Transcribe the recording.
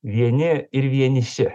vieni ir vieniši